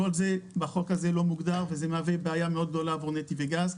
כל זה בחוק הזה לא מוגדר וזה מהווה בעיה מאוד גדולה עבור נתיבי גז.